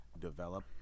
develop